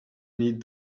need